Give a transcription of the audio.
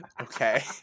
Okay